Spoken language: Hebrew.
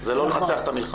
זה לא לנצח את המלחמה.